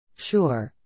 Sure